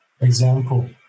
example